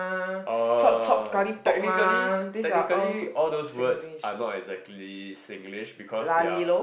uh technically technically all those words are not exactly Singlish because they are